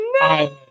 No